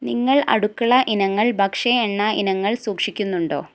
നിങ്ങൾ അടുക്കള ഇനങ്ങൾ ഭക്ഷ്യ എണ്ണ ഇനങ്ങൾ സൂക്ഷിക്കുന്നുണ്ടോ